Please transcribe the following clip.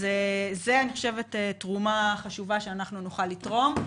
אז זאת תרומה חשובה שאנחנו נוכל לתרום.